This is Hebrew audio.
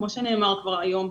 כמו שנאמר כבר היום,